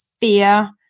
fear